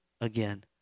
again